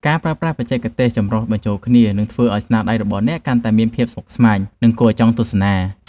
ការប្រើប្រាស់បច្ចេកទេសចម្រុះបញ្ចូលគ្នានឹងធ្វើឱ្យស្នាដៃរបស់អ្នកកាន់តែមានភាពស្មុគស្មាញ និង គួរឱ្យចង់ទស្សនា។